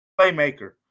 playmaker